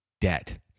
debt